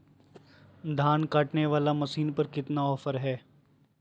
धान काटने वाला मसीन पर कितना ऑफर हाय?